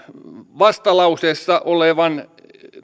vastalauseessamme olevan